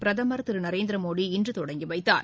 பிரதமர் திரு நரேந்திர மோடி இன்று தொடங்கி வைத்தார்